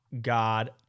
God